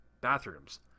bathrooms